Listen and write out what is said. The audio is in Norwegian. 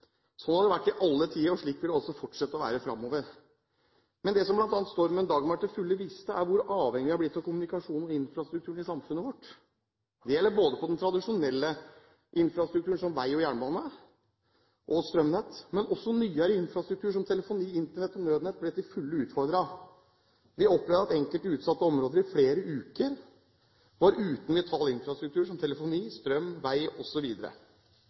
Sånn har det vært i alle tider, og slik vil det også fortsette å være fremover. Det som bl.a. stormen «Dagmar» til fulle viste, er hvor avhengig vi er blitt av kommunikasjonen og infrastrukturen i samfunnet vårt. Det gjelder både den tradisjonelle infrastrukturen som vei, jernbane og strømnett, men også nyere infrastruktur som telefoni, Internett og nødnett ble til fulle utfordret. Vi opplevde at enkelte utsatte områder i flere uker var uten vital infrastruktur som telefoni, strøm, vei